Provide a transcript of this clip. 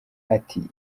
ati